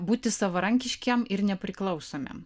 būti savarankiškiem ir nepriklausomiem